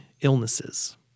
illnesses